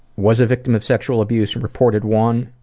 was a victim of sexual abuse and reported one,